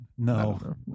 No